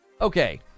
Okay